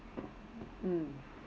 mm